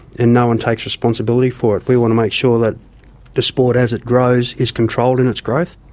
and no one takes responsibility for it. we want to make sure that the sport as it grows is controlled in its growth.